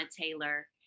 Taylor